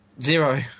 Zero